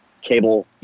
cable